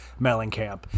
Mellencamp